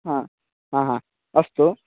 हा हा हा अस्तु